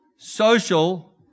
social